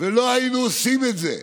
לא היינו עושים את זה,